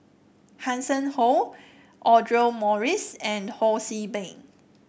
Hanson Ho Audra Morrice and Ho See Beng